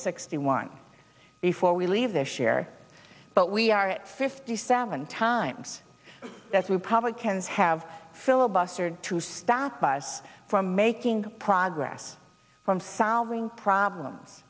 sixty one before we leave this year but we are at fifty seven times as republicans have filibustered to stab us from making progress from solving problems